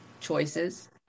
choices